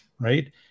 right